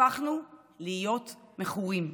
הפכנו להיות מכורים.